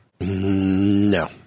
No